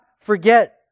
forget